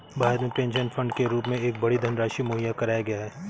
भारत में pension fund के रूप में एक बड़ी धनराशि मुहैया कराया गया है